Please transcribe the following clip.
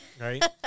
right